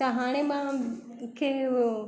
त हाणे मां मूंखे उहो